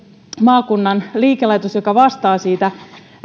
maakunnan liikelaitos joka vastaa